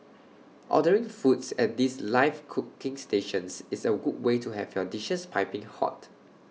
ordering foods at these live cooking stations is A good way to have your dishes piping hot